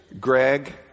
Greg